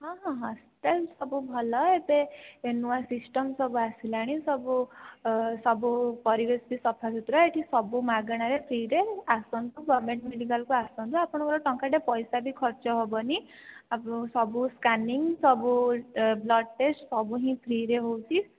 ହଁ ହଁ ହସ୍ପିଟାଲ ସବୁ ଭଲ ଏବେ ନୂଆ ସିଷ୍ଟମ ସବୁ ଆସିଲାଣି ସବୁ ସବୁ ପରିବେଶ ବି ସଫା ସୁତୁରା ଏଠି ସବୁ ମାଗେଣାରେ ଫ୍ରିରେ ଆସନ୍ତୁ ଗମେଣ୍ଟ ମେଡିକାଲ କୁ ଆସନ୍ତୁ ଆପଣଙ୍କର ଟଙ୍କାଟେ ପଇସା ବି ଖର୍ଚ୍ଚ ହେବନି ସବୁ ସ୍କାନିଙ୍ଗି ସବୁ ବ୍ଲଡ଼ ଟେଷ୍ଟ ସବୁ ହିଁ ଫ୍ରିରେ ହେଉଛି